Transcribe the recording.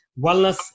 wellness